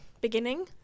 beginning